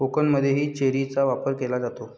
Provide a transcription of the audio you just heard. केकमध्येही चेरीचा वापर केला जातो